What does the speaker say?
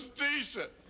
decent